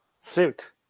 Suit